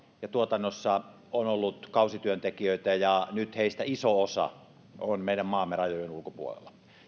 tuotannossa on ollut kausityöntekijöitä ja nyt heistä iso osa on meidän maamme rajojen ulkopuolella